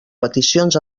peticions